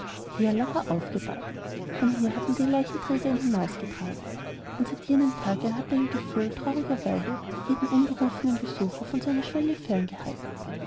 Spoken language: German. hier lag er aufgebahrt von hier hatten die leichenträger ihn hinausgetragen und seit jenem tage hatte ein gefühl trauriger weihe jeden unberufenen besucher von seiner schwelle fern